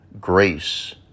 grace